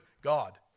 God